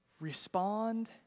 Respond